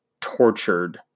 tortured